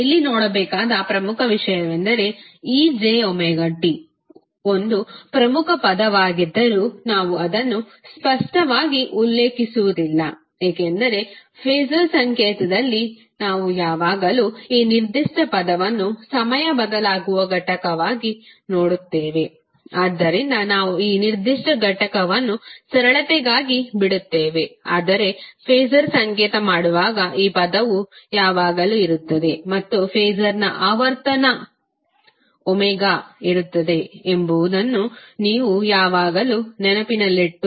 ಇಲ್ಲಿ ನೋಡಬೇಕಾದ ಪ್ರಮುಖ ವಿಷಯವೆಂದರೆ ejωt ಒಂದು ಪ್ರಮುಖ ಪದವಾಗಿದ್ದರೂ ನಾವು ಅದನ್ನು ಸ್ಪಷ್ಟವಾಗಿ ಉಲ್ಲೇಖಿಸುವುದಿಲ್ಲ ಏಕೆಂದರೆ ಫಾಸರ್ ಸಂಕೇತದಲ್ಲಿ ನಾವು ಯಾವಾಗಲೂ ಈ ನಿರ್ದಿಷ್ಟ ಪದವನ್ನು ಸಮಯ ಬದಲಾಗುವ ಘಟಕವಾಗಿ ನೋಡುತ್ತೇವೆ ಆದ್ದರಿಂದ ನಾವು ಈ ನಿರ್ದಿಷ್ಟ ಘಟಕವನ್ನು ಸರಳತೆಗಾಗಿ ಬಿಡುತ್ತೇವೆ ಆದರೆ ಫಾಸರ್ ಸಂಕೇತ ಮಾಡುವಾಗ ಈ ಪದವು ಯಾವಾಗಲೂ ಇರುತ್ತದೆ ಮತ್ತು ಫಾಸರ್ನ ಆವರ್ತನ ಇರುತ್ತದೆ ಎಂಬುದನ್ನು ನೀವು ಯಾವಾಗಲೂ ನೆನಪಿನಲ್ಲಿಡಬೇಕು